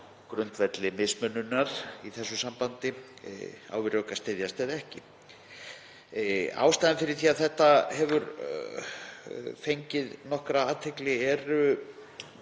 grundvelli mismununar í þessu sambandi á við rök að styðjast eða ekki. Ástæðan fyrir því að þetta hefur fengið nokkra athygli eru